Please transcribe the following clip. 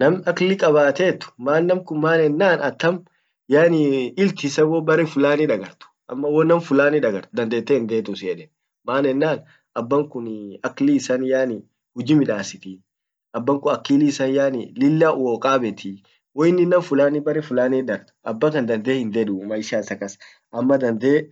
nam akli kabatetman namkun man ennan atam yaani ilt isan atam wom barre fulania dagartu amawonam fulani dagart dandete hindetu sitin yeden abba ufinii akli issan yaani huji midasit abbankun akili issan yaani lilla wokabetii woinnin nam fulani bare bare fulanit darg abbakan dandee hin theduu maisha ita kas ama dandee